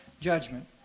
judgment